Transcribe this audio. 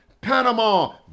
Panama